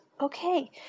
Okay